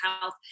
health